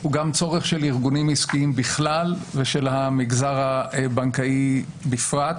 הוא גם צורך של ארגונים עסקיים בכלל ושל המגזר הבנקאי בפרט.